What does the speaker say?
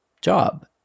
job